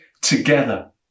together